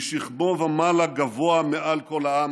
משכמו ומעלה, גבוה מעל כל העם.